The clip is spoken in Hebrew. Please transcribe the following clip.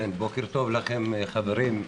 בוקר טוב לכם חברים,